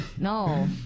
no